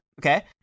Okay